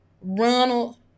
Ronald